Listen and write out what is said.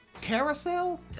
carousel